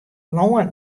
lân